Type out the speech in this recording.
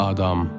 Adam